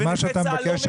אז מה שאתה מבקש,